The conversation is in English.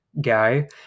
guy